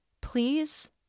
Please